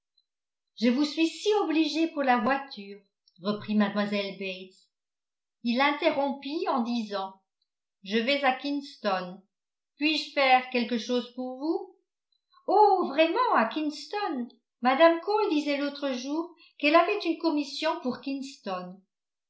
je vous suis si obligée pour la voiture reprit mlle bates il l'interrompit en disant je vais à kinston puis-je faire quelque chose pour vous oh vraiment à kinston mme cole disait l'autre jour qu'elle avait une commission pour kinston